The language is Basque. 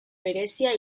berezia